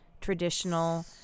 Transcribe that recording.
traditional